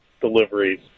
deliveries